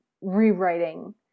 rewriting